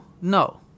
No